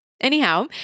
Anyhow